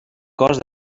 cos